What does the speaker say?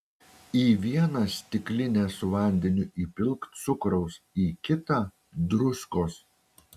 į vieną stiklinę su vandeniu įpilk cukraus į kitą druskos